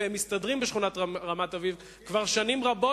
והם מסתדרים בשכונת רמת-אביב כבר שנים רבות,